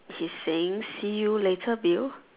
he's saying see you later Bill